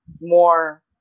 more